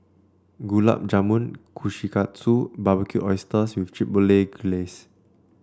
Gulab Jamun Kushikatsu and Barbecued Oysters with Chipotle Glaze